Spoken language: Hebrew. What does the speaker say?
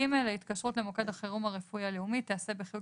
(ג)התקשורת למוקד החירום הרפואי הלאומי תיעשה בחיוג